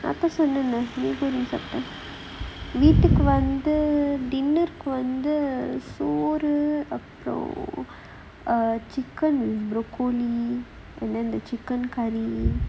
அப்ப சொன்னனே:appe sonnanae mee goreng சாப்டேன்:saapttaen night வந்து:vanthu err dinner வந்து சோறு அப்புறம்:vanthu soru appuram chicken broccoli and then the chicken curry